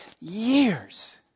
years